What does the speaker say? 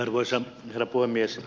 arvoisa herra puhemies